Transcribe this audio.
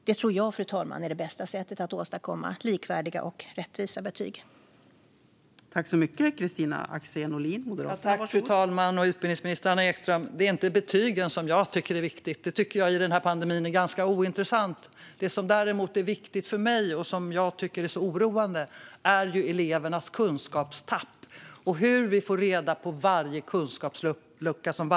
Det tror jag är det bästa sättet att åstadkomma likvärdiga och rättvisa betyg, fru talman.